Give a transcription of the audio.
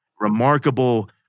Remarkable